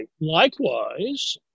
Likewise